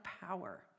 power